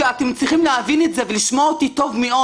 אתם צריכים להבין את זה ולשמוע אותי טוב מאוד.